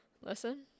listen